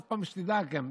טוב פעם שתדע גם,